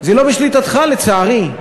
זה לא בשליטתך, לצערי.